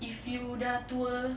if you dah tua